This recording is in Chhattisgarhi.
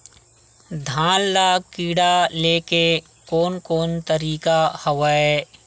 धान ल कीड़ा ले के कोन कोन तरीका हवय?